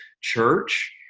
church